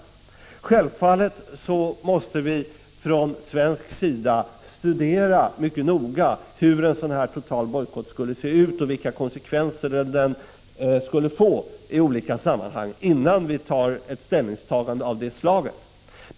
Självfallet måste vi från svensk sida mycket noga studera hur en sådan total bojkott skulle se ut och vilka konsekvenser den skulle få i olika sammanhang, innan vi tar ställning på det sättet.